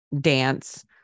dance